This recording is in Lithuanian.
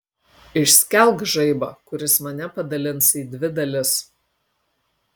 išskelk žaibą kuris mane padalins į dvi dalis